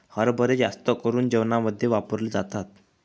हरभरे जास्त करून जेवणामध्ये वापरले जातात